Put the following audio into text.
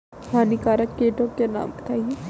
हानिकारक कीटों के नाम बताएँ?